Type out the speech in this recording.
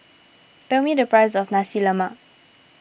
tell me the price of Nasi Lemak